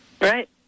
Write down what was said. Right